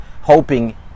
hoping